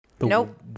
Nope